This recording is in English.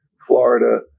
Florida